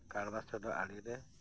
ᱠᱟᱲᱵᱟ ᱥᱚᱰᱚᱜ ᱟᱲᱮᱨᱮ